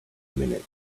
minute